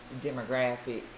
demographics